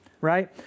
right